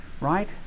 right